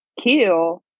kill